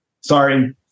sorry